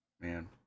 man